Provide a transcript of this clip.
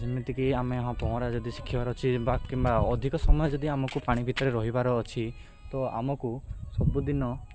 ଯେମିତିକି ଆମେ ହଁ ପହଁରା ଯଦି ଶିଖିବାର ଅଛି ବା କିମ୍ବା ଅଧିକ ସମୟ ଯଦି ଆମକୁ ପାଣି ଭିତରେ ରହିବାର ଅଛି ତ ଆମକୁ ସବୁଦିନ